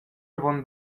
avon